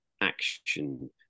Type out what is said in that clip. action